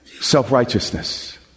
self-righteousness